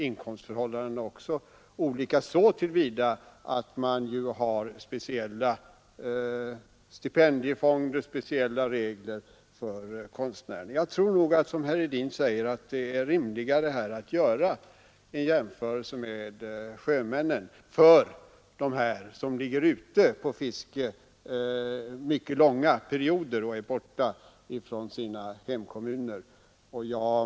Inkomstförhållandena är också olika så till vida att konstnärerna har speciella stipendiefonder och speciella regler. Jag tror det är rimligare, som herr Hedin säger, att jämföra sjömännen och de fiskare som ligger ute på fiske och är borta från sina hemkommuner under mycket långa perioder.